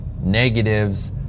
negatives